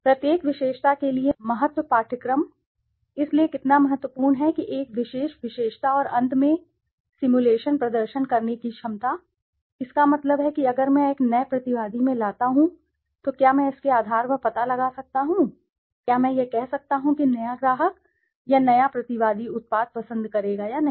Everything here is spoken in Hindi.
प्रत्येक विशेषता के लिए महत्व पाठ्यक्रम इसलिए कितना महत्वपूर्ण है एक विशेष विशेषता और अंत में सिमुलेशन प्रदर्शन करने की क्षमता इसका मतलब है कि अगर मैं एक नए प्रतिवादी में लाता हूं तो क्या मैं इसके आधार पर पता लगा सकता हूं क्या मैं यह कह सकता हूं कि नया ग्राहक या नया प्रतिवादी उत्पाद पसंद करेगा या नहीं